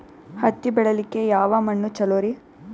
ಹತ್ತಿ ಬೆಳಿಲಿಕ್ಕೆ ಯಾವ ಮಣ್ಣು ಚಲೋರಿ?